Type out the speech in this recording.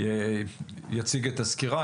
יציג את הסקירה.